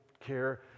care